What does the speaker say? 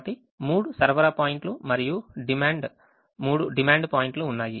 కాబట్టి మూడు సరఫరా పాయింట్లు మరియు మూడు డిమాండ్ పాయింట్లు ఉన్నాయి